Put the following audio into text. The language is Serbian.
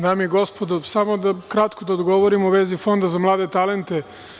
Dame i gospodo, samo kratko da odgovorim u vezi Fonda za mlade talente.